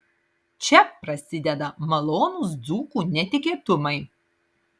čia prasideda malonūs dzūkų netikėtumai